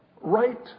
right